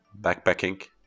backpacking